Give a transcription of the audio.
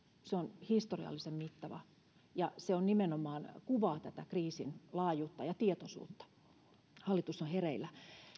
se on historiallisen mittava nimenomaan kuvaa tätä kriisin laajuutta ja tietoisuutta siitä hallitus on hereillä